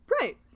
Right